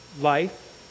life